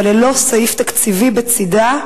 אבל ללא סעיף תקציבי בצדה,